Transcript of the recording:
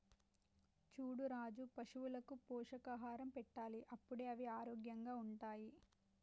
చూడు రాజు పశువులకు పోషకాహారం పెట్టాలి అప్పుడే అవి ఆరోగ్యంగా ఉంటాయి